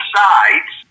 sides